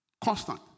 Constant